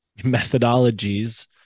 methodologies